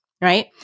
Right